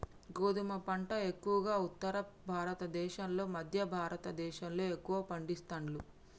గోధుమ పంట ఎక్కువగా ఉత్తర భారత దేశం లో మధ్య భారత దేశం లో ఎక్కువ పండిస్తాండ్లు